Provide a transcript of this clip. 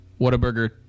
Whataburger